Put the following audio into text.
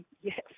Yes